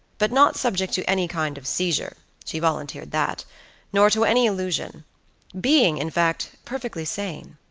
but not subject to any kind of seizure she volunteered that nor to any illusion being, in fact, perfectly sane.